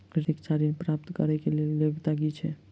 शिक्षा ऋण प्राप्त करऽ कऽ लेल योग्यता की छई?